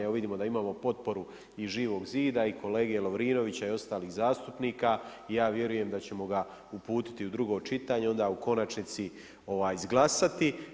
Evo vidimo da imamo potporu i Živog zida, i kolege Lovrinovića i ostalih zastupnika i ja vjerujem da ćemo ga uputiti u drugo čitanje, onda u konačnici izglasati.